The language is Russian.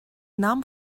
нам